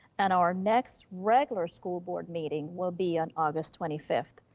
and our next regular school board meeting will be on august twenty fifth,